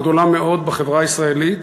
גדולה מאוד בחברה הישראלית,